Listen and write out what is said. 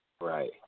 Right